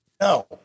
No